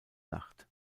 nacht